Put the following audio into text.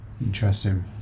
Interesting